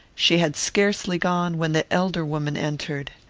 she had scarcely gone, when the elder woman entered.